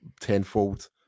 tenfold